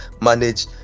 manage